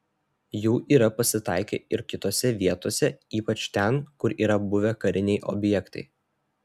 jų yra pasitaikę ir kitose vietose ypač ten kur yra buvę kariniai objektai